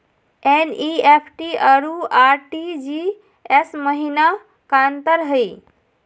NEFT अरु RTGS महिना का अंतर हई?